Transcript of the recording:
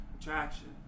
attraction